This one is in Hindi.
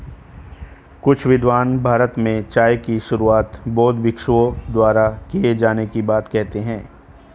कुछ विद्वान भारत में चाय की शुरुआत बौद्ध भिक्षुओं द्वारा किए जाने की बात कहते हैं